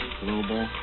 global